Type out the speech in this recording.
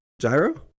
Gyro